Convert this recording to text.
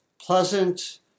Pleasant